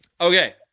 okay